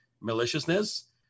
maliciousness